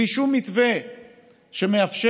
בלי שום מתווה שמאפשר